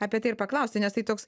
apie tai ir paklausti nes tai toks